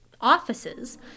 offices